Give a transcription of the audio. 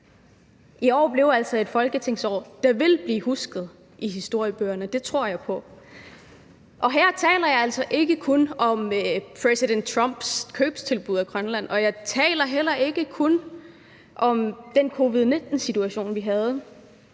I år blev det et folketingsår, der vil blive husket i historiebøgerne. Det tror jeg på, og her taler jeg altså ikke kun om præsident Trumps købstilbud af Grønland, og jeg taler heller ikke kun om den covid-19 situation, vi havde